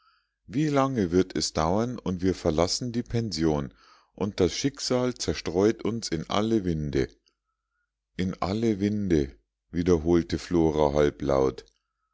wie lange wird es dauern und wir verlassen die pension und das schicksal zerstreut uns in alle winde in alle winde wiederholte flora halblaut